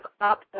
up